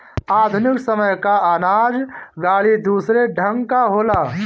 आधुनिक समय कअ अनाज गाड़ी दूसरे ढंग कअ होला